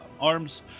arms